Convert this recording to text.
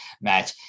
match